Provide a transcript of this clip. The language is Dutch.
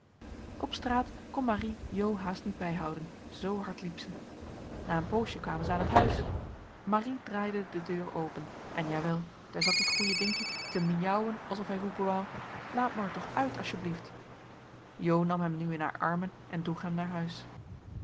op straat kon marie jo haast niet bijhouden zoo hard liep zij na een poosje kwamen zij aan het huis marie draaide de deur open en jawel daar zat die goeie dinkie te miauwen alsof hij roepen wou laat me er toch uit asjeblieft jo nam hem nu in haar armen en droeg hem naar huis